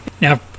Now